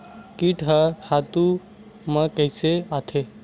कीट ह खातु म कइसे आथे?